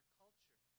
culture